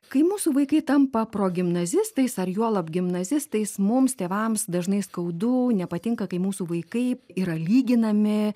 kai mūsų vaikai tampa progimnazistais ar juolab gimnazistais mums tėvams dažnai skaudu nepatinka kai mūsų vaikai yra lyginami